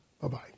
Bye-bye